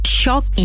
shock